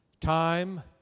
Time